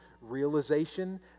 realization